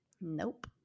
nope